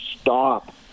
stop